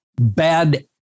bad